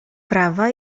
prawa